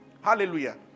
Hallelujah